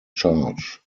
charge